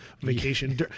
vacation